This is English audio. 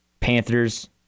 panthers